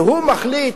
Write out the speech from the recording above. והוא מחליט.